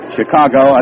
Chicago